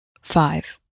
five